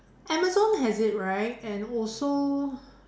Amazon has it right and also